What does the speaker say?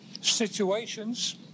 situations